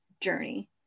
journey